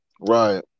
Right